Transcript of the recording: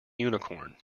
unicorn